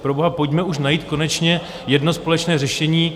Proboha, pojďme už najít konečně jedno společné řešení.